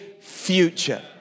future